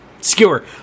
Skewer